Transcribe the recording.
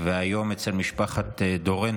והיום אצל משפחת דורן,